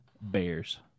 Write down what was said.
Bears